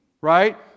right